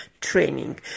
training